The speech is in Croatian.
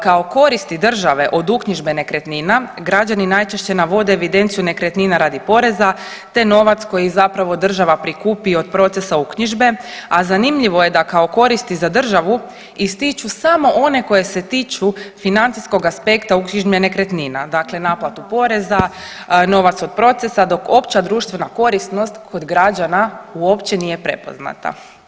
Kao koristi države od uknjižbe nekretnina građani najčešće navode evidenciju nekretnina radi poreza, te novac koji zapravo država prikupi od procesa uknjižbe, a zanimljivo je da kao koristi za državu ističu samo one koje se tiču financijskog aspekta uknjižbe nekretnina, dakle naplatu poreza, novac od procesa dok opća društvena korisnost kod građana uopće nije prepoznata.